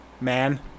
man